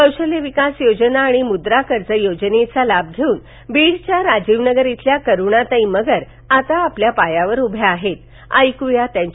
कौशल्य विकास योजना आणि मुद्रा कर्ज योजनेचा लाभ घेऊन बीडच्या राजीव नगर इथल्या करुणाताई मगर आता आपल्या पायावर उभ्या आहेतऐकुया त्यांची